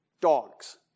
dogs